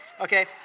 Okay